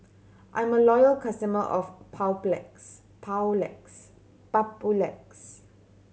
I'm a loyal customer of